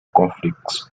conflicts